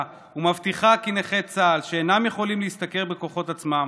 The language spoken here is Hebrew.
ומבטיחה כי נכי צה"ל שאינם יכולים להשתכר בכוחות עצמם